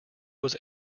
was